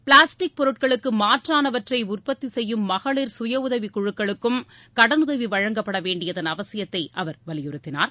plastic பொருட்களுக்கு மாற்றானவற்றை உற்பத்தி செய்யும் மகளிர் சுயஉதவிக்குழுக்குளுக்கும் கடனுதவி வழங்கப்படவேண்டியதன் அவசியத்தை அவர் வலியுறுத்தினார்